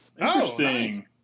interesting